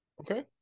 Okay